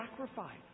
sacrifice